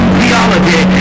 theology